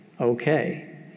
okay